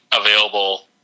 available